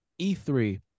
E3